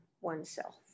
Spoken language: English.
oneself